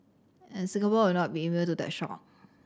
and Singapore will not be immune to that shock